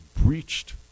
breached